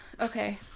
okay